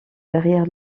derrière